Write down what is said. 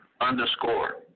underscore